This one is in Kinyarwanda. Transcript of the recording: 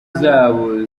zabo